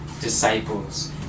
disciples